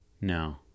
no